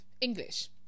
english